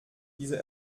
diese